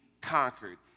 conquered